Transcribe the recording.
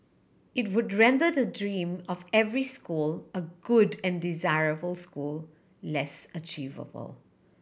it would render the dream of every school a good and desirable school less achievable